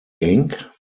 ink